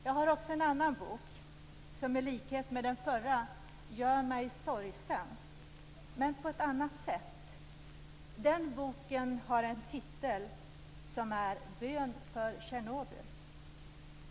Jag har också en annan bok som i likhet med den förra gör mig sorgsen - men på ett annat sätt. Bokens titel är Bön för Tjernobyl.